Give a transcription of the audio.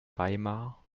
weimar